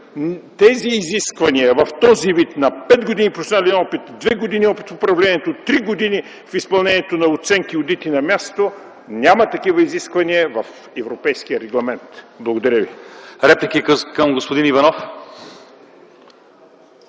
тези изисквания в този вид: на пет години професионален опит и две години опит в управлението, три години в изпълнението на оценки и одити на място – няма такива изисквания в Европейския регламент. Благодаря ви.